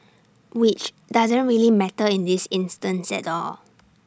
which doesn't really matter in this instance at all